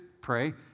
pray